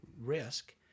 risk